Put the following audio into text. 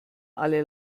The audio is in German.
alle